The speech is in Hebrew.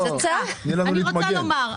תני לנו להתמגן.